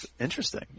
Interesting